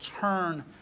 turn